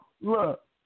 Look